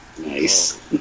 Nice